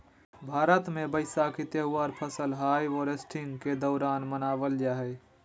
भारत मे वैसाखी त्यौहार फसल हार्वेस्टिंग के दौरान मनावल जा हय